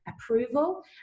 approval